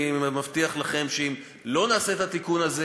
אני מבטיח לכם שאם לא נעשה את התיקון הזה,